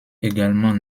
également